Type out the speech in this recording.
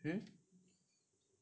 mm mm